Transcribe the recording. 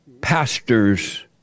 pastors